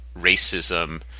racism